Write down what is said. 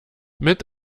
mit